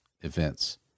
events